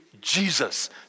Jesus